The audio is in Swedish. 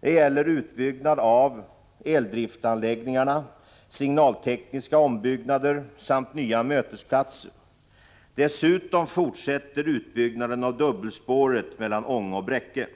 Det gäller utbyggnad av eldriftanläggningarna, signaltekniska ombyggnader samt nya mötesplatser. Dessutom fortsätter utbyggnaden av dubbelspåret mellan Ånge och Bräcke.